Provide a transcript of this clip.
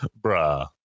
Bruh